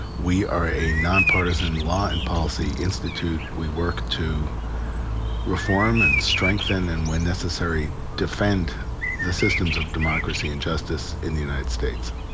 we are a nonpartisan law and policy institute. we work to reform and strengthen. and when necessary defend the systems of democracy and justice in the united states.